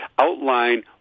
outline